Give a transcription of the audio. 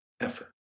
effort